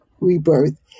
rebirth